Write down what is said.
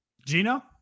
Gino